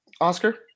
Oscar